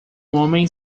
homem